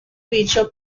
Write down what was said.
bishop